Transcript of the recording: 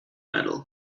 medal